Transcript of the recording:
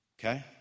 okay